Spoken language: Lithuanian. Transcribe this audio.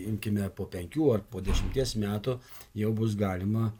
imkime po penkių ar po dešimties metų jau bus galima